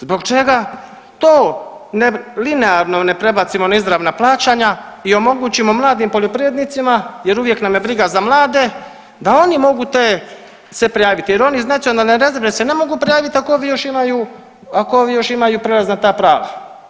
Zbog čega to linearno ne prebacimo na izravna plaćanja i omogućimo mladim poljoprivrednicima jer uvijek nam je briga za mlade, da oni mogu te se prijaviti jer oni iz nacionalne rezerve se ne mogu prijaviti ako ovi još imaju prijelazna ta prava.